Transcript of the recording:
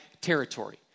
territory